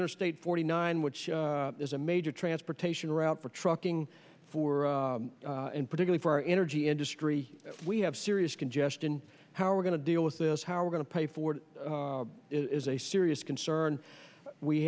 interstate forty nine which is a major transportation route for trucking for in particular for our energy industry we have serious congestion how we're going to deal with this how we're going to pay for it is a serious concern we